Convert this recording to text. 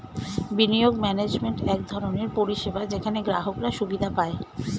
বিনিয়োগ ম্যানেজমেন্ট এক ধরনের পরিষেবা যেখানে গ্রাহকরা সুবিধা পায়